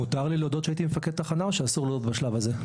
מותר לי להודות שהייתי מפקד תחנה או שאסור להודות בשלב הזה?